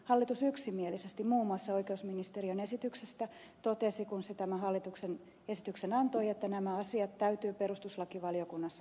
hallitus yksimielisesti muun muassa oikeusministeriön esityksestä totesi kun se tämän hallituksen esityksen antoi että nämä asiat täytyy perustuslakivaliokunnassa katsoa